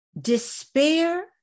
Despair